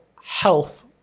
health